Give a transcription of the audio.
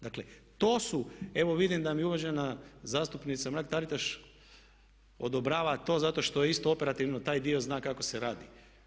Dakle to su, evo vidim da mi uvažena zastupnica Mrak-Taritaš odobrava to zato što je isto operativno taj dio zna kako se radi.